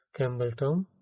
Campbelltown